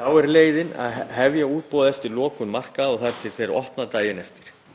Þá er leiðin að hefja útboð eftir lokun markaða og þar til þeir opna daginn eftir.